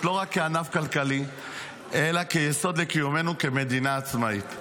לא רק כענף כלכלי אלא כיסוד לקיומנו כמדינה עצמאית.